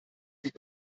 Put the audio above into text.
sich